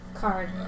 Card